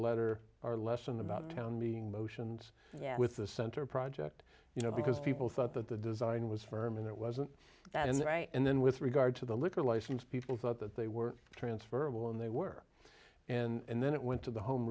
letter our lesson about town meeting motions with the center project you know because people thought that the design was firm and it wasn't and right and then with regard to the liquor license people thought that they were transferable and they were and then it went to the home